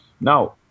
Now